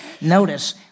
Notice